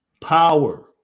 power